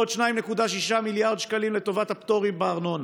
עוד 2.6 מיליארד שקלים לטובת הפטורים בארנונה.